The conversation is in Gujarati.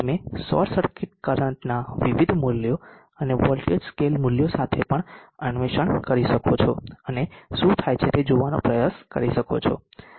તમે શોર્ટ સર્કિટ કરંટના વિવિધ મૂલ્યો અને વોલ્ટેજ સ્કેલ મૂલ્યો સાથે પણ અન્વેષણ કરી શકો છો અને શું થાય છે તે જોવાનો પ્રયાસ કરી શકો છો